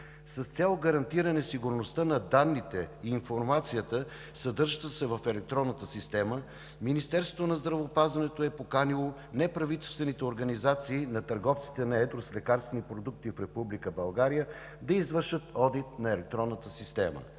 С цел гарантиране сигурността на данните и информацията, съдържаща се в електронната система, Министерството на здравеопазването е поканило неправителствените организации на търговците на едро с лекарствени продукти в Република България да извършат одит на електронната система.